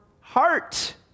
heart